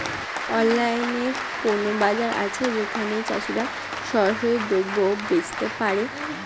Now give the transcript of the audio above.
অনলাইনে কোনো বাজার আছে যেখানে চাষিরা সরাসরি দ্রব্য বেচতে পারে?